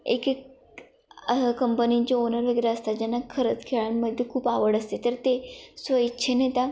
एक एक कंपनींचे ओनर वगैरे असतात ज्यांना खरंच खेळांमध्ये खूप आवड असते तर ते स्वइच्छेने त्या